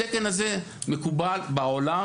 התקן הזה מקובל בעולם.